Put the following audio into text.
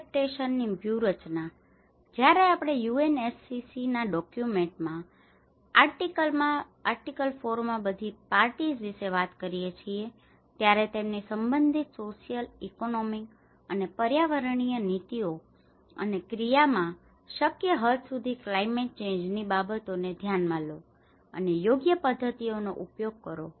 adaptation ની વ્યૂહરચના જયારે આપણે યુએનએફસિસિ ના ડોક્યુમેન્ટ માં આર્ટિકલ 4 માં બધી પાર્ટીઝ વિશે વાત કરીએ છીએ ત્યારે તેમની સંબંધિત સોશિયલ ઇકોનોમિક અને પર્યાવરણીય નીતિઓ અને ક્રિયાઓમાં શક્ય હદ સુધી ક્લાયમેટ ચેન્જ ની બાબતોને ધ્યાનમાં લો અને યોગ્ય પદ્ધતિઓનો ઉપયોગ કરો